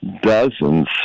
dozens